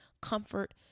comfort